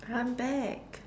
I'm back